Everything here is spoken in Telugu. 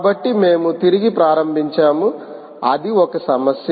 కాబట్టి మేము తిరిగి ప్రారంభించాము అది ఒక సమస్య